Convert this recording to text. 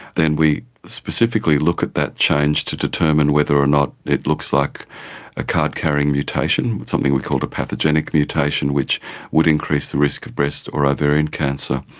then we specifically look at that changed to determine whether or not it looks like a card-carrying mutation, something we call a pathogenic mutation, which would increase the risk of breast or ovarian cancer.